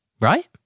right